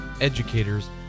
educators